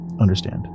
understand